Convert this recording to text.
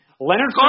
Leonard